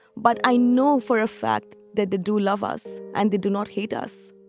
but i know for a fact that they do love us and they do not hate us